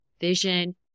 vision